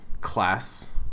class